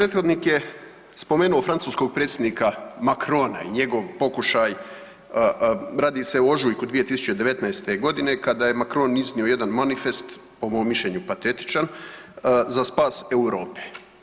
Moj prethodnik je spomenuo francuskog predsjednika Macrtona i njegov pokušaj, radi se o ožujku 2019. godine kada je Macrton iznio jedan manifest, po mom mišljenju patetičan, za spas Europe.